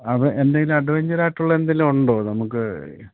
അത് എന്തേലും അഡ്വഞ്ചറായിട്ടുള്ള എന്തെങ്കിലും ഉണ്ടോ നമുക്ക്